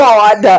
God